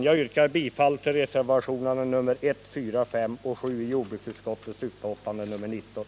Jag yrkar bifall till reservationerna nr 1, 4, 5 och 7 vid jordbruksutskottets betänkande nr 19.